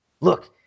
Look